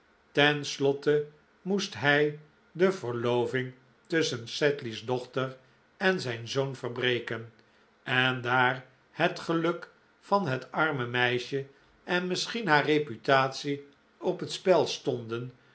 slotte moest hij de verloving tusschen sedley s dochter en zijn zoon verbreken en daar het geluk van het arme meisje en misschien haar reputatie op het spel stonden